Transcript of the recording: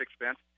expense